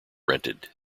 rented